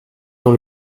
dans